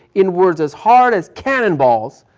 in words as hard as cannon balls,